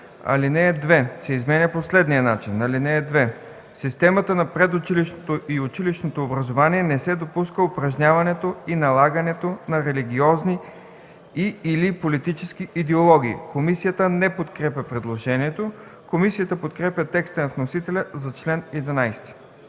„(2) В системата на предучилищното и училищното образование не се допуска упражняването и налагането на религиозни и/или политически идеологии.” Комисията не подкрепя предложението. Комисията подкрепя текста на вносителя за чл. 11.